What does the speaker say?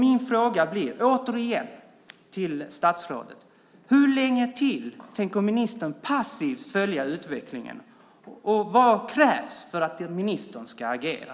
Min fråga blir återigen till statsrådet: Hur länge till tänker ministern passivt följa utvecklingen, och vad krävs för att ministern ska agera?